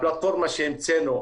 הפלטפורמה שהמצאנו,